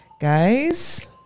Guys